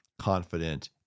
confident